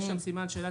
יש שם סימן שאלה,